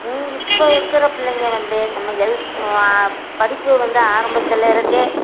இங்கு இப்போ இருக்கிற பிள்ளைங்கள் வந்து நம்ம எல்க் படிப்பு வந்து ஆரம்பத்தில் இருந்தே